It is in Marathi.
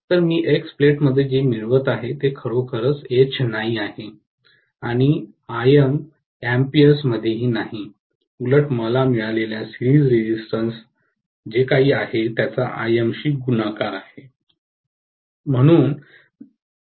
तर मी X प्लेटमध्ये जे मिळवित आहे ते खरोखर H नाही आहे आणि Im एम्पीयर मध्येही नाही उलट मला मिळालेल्या सिरीज रेजिस्टन्स जे काही आहे त्याचा Im शी गुणाकार आहे